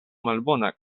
malbona